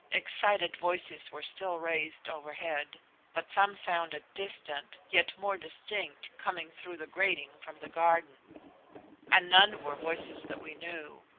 excited voices were still raised overhead but some sounded distant, yet more distinct, coming through the grating from the garden and none were voices that we knew.